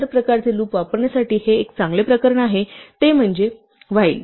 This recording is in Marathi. इतर प्रकारचे लूप वापरण्यासाठी एक चांगले प्रकरण आहे ते म्हणजे while